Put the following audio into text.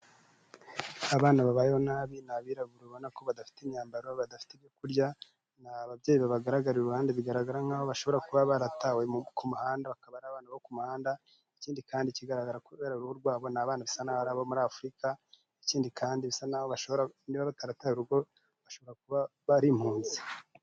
Abana babayeho nabi ni abirabura ubona ko badafite imyambaro, badafite ibyo kurya, ntababyeyi babagaragara iruhande, bigaragara nkaho bashobora kuba baratawe ku muhanda, bakaba ari abana bo ku muhanda, ikindi kandi kigaragara kubera uruhu rwabo ni abana basa na bo muri Afurika, ikindi kandi bisa naho niba batarataye urugo, bashobora kuba ari impunzi.